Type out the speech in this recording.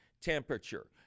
temperature